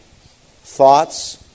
Thoughts